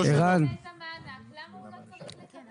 אם הוא לא קיבל את המענק למה הוא לא צריך לקבל?